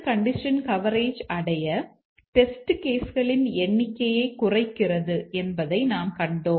கம்பைலர்கள் களின் எண்ணிக்கையை குறைக்கிறது என்பதை நாம் கண்டோம்